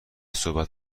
صحبت